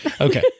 Okay